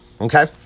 Okay